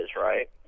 right